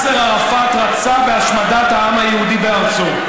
יאסר ערפאת רצה בהשמדת העם היהודי בארצו.